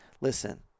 listen